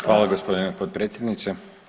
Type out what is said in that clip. Hvala gospodine potpredsjedniče.